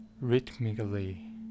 rhythmically